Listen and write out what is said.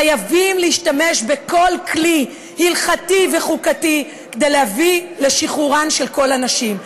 חייבים להשתמש בכל כלי הלכתי וחוקתי כדי להביא לשחרורן של כל הנשים.